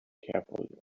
carefully